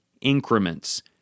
increments